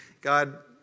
God